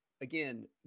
again